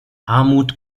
armut